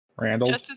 Randall